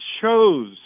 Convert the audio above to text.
chose